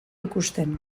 ikusten